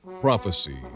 prophecy